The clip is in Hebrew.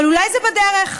אבל אולי זה בדרך.